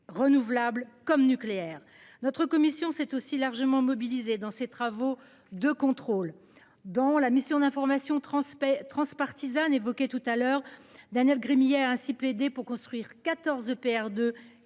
renouvelable comme nucléaire notre commission s'est aussi largement mobilisés dans ses travaux de contrôle dont la mission d'information transmet transpartisane évoqué tout à l'heure. Daniel Gremillet, a ainsi plaidé pour construire 14 EPR